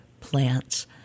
plants